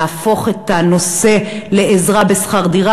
להפוך את הנושא לעזרה בשכר דירה,